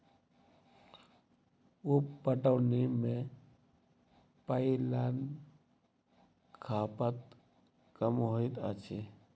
उप पटौनी मे पाइनक खपत कम होइत अछि